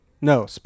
No